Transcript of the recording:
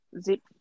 zip